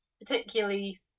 particularly